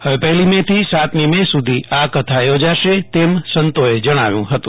હવે પહેલી મેથી સાતમી મે સુધી આ કથા યોજાશે તેમ સંતોએ જણાવ્યુંહતું